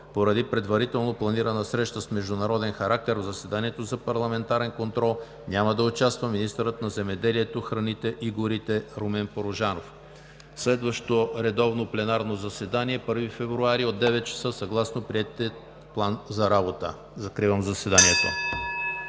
Поради предварително планирана среща с международен характер в заседанието за парламентарен контрол няма да участва министърът на земеделието, храните и горите Румен Порожанов. Следващо редовно пленарно заседание на 1 февруари 2019 г. от 9,00 ч. съгласно приетия план за работа. (Закрито